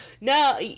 No